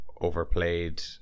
overplayed